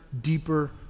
deeper